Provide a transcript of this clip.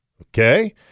okay